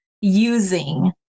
using